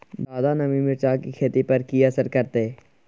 ज्यादा नमी मिर्चाय की खेती पर की असर करते?